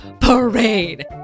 parade